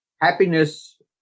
Happiness